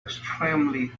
extremely